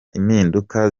impinduka